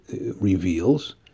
reveals